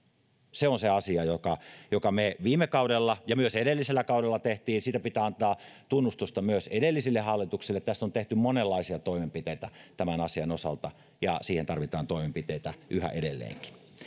se on se asia jonka me viime kaudella ja myös edellisellä kaudella teimme siitä pitää antaa tunnustusta myös edelliselle hallitukselle on tehty monenlaisia toimenpiteitä tämän asian osalta ja siihen tarvitaan toimenpiteitä yhä edelleenkin